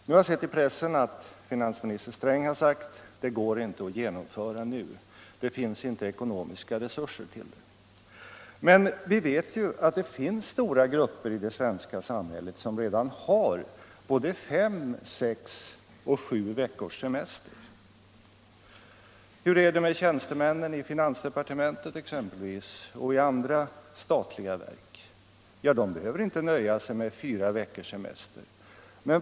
Nu har jag sett i pressen att finansminister Sträng har sagt att den reformen inte går att genomföra nu; det finns inte ekonomiska resurser till den. Men vi vet ju att det finns stora grupper i det svenska samhället som redan har både fem, sex och sju veckors semester. Hur är det med exempelvis tjänstemännen i finansdepartementet och i andra statliga verk? Ja, de behöver inte nöja sig med fyra veckors semester.